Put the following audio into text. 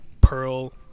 Pearl